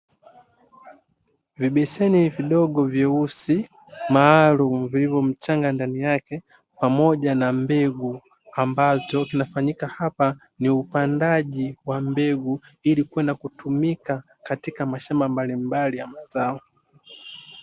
Vibeseni vidogo vyeusi ,maalum vilivo mchanga ndani yake pamoja na mbegu, ambacho kinafanyika hapa ni upandaji wa mbegu ili kwenda kutumika katika mashamba mbalimbali ya mazao.